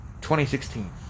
2016